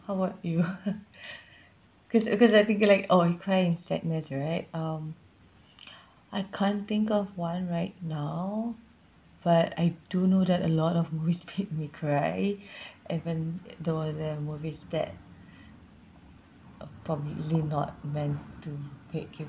how about you cause because I think like oh he cry in sadness right um I can't think of one right now but I do know that a lot of movies make me cry even though the movies that probably not meant to make you